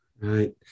Right